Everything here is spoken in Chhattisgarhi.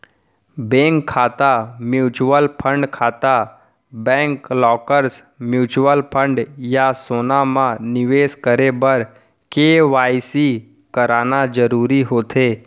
बेंक खाता, म्युचुअल फंड खाता, बैंक लॉकर्स, म्युचुवल फंड या सोना म निवेस करे बर के.वाई.सी कराना जरूरी होथे